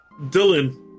Dylan